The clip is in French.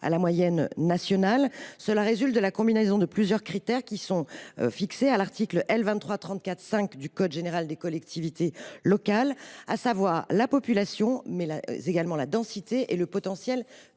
à la moyenne nationale, cela résulte de la combinaison des critères fixés à l’article L. 2334 35 du code général des collectivités locales, à savoir non seulement la population, mais également la densité et le potentiel